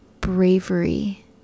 bravery